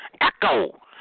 Echo